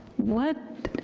what,